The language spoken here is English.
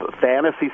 fantasy